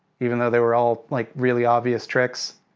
even though they were all like, really obvious tricks.